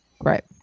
Right